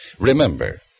Remember